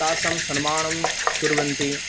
तासां सन्मानं कुर्वन्ति